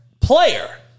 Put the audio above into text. player